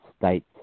state's